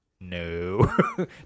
No